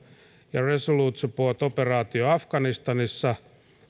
ja resolute support operaatio afganistanissa